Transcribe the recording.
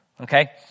okay